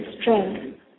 strength